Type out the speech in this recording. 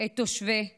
את תושבי ירושלים.